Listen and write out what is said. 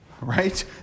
right